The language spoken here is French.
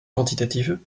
quantitative